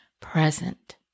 present